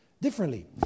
differently